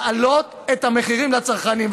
להעלות את המחירים לצרכנים.